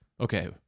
okay